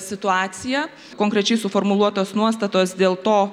situaciją konkrečiai suformuluotos nuostatos dėl to